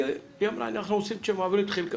היא אמרה אנחנו מעבירים את חלקנו,